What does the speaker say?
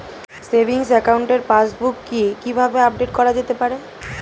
Savings একাউন্টের passbook কি কিভাবে আপডেট করা যেতে পারে?